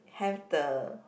have the